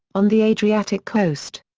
on the adriatic coast.